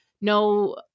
no